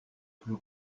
plus